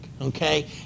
Okay